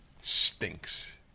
stinks